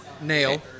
Nail